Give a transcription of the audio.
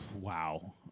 Wow